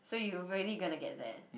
so you really gonna get that